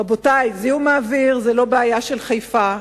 רבותי, זיהום האוויר הוא לא בעיה של חיפה.